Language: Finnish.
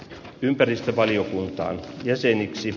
ympäristövaliokuntaan jäseneksi